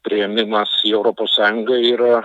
priėmimas į europos sąjungą yra